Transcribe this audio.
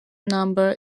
number